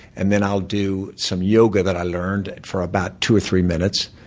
and then i'll do some yoga that i learned for about two or three minutes.